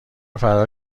فرار